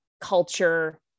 culture